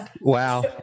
Wow